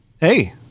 Hey